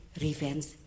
revenge